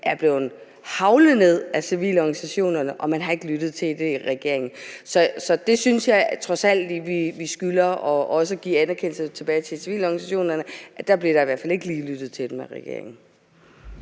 er blevet haglet ned af civilorganisationerne, og man har ikke lyttet til det i regeringen. Så jeg synes trods alt, vi skylder at give anerkendelse tilbage til civilorganisationerne – der lyttede regeringen i hvert ikke lige til dem. Kl.